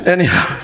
Anyhow